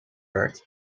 werd